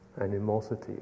animosity